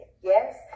yes